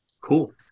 cool